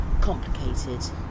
complicated